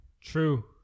True